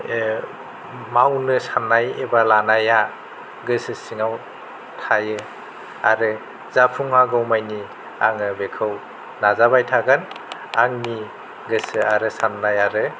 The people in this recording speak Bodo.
ए मावनो सान्नाय एबा लानाया गोसो सिङाव थायो आरो जाफुङागौमानि आङो बेखौ नाजाबाय थागोन आंनि गोसो आरो सान्नाय आरो